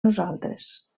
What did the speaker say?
nosaltres